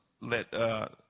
let